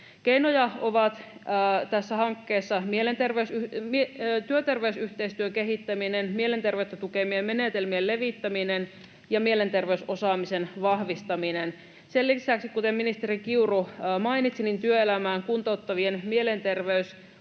Keinoja tässä hankkeessa ovat työterveysyhteistyön kehittäminen, mielenterveyttä tukevien menetelmien levittäminen ja mielenterveysosaamisen vahvistaminen. Sen lisäksi, kuten ministeri Kiuru mainitsi, työelämään kuntouttavien mielenterveyspalveluiden